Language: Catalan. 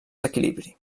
equilibri